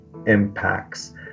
impacts